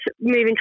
moving